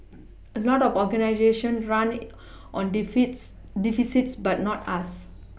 a lot of organisation run on deficits but not us